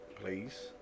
please